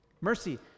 Mercy